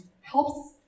helps